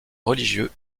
religieux